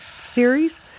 series